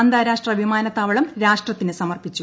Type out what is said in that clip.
അന്താരാഷ്ട്ര വിമാനത്താവളം രാഷ്ട്രത്തിന് സമർപ്പിച്ചു